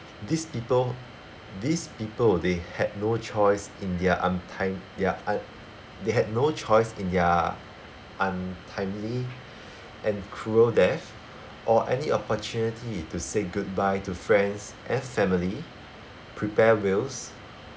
these people these people they had no choice in their untime~ their un~ they had no choice in their untimely and cruel death or any opportunity to say goodbye to friends and family prepare wills